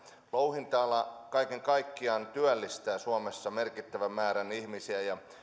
louhinta ala kaiken kaikkiaan työllistää suomessa merkittävän määrän ihmisiä ja